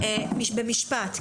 משפט.